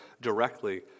directly